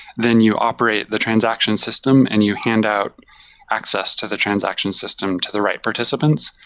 then you operate the transaction system and you handout access to the transaction system to the right participants.